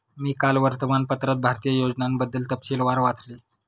मी काल वर्तमानपत्रात भारतीय योजनांबद्दल तपशीलवार वाचले